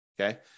Okay